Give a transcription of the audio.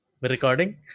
recording